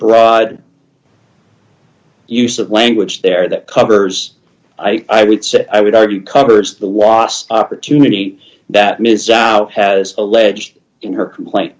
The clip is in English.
broad use of language there that covers i would say i would argue covers the wasp opportunity that ms has alleged in her complaint